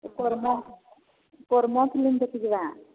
A Karma Karma film ଦେଖିଯିବା